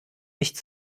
nicht